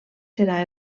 serà